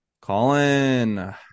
Colin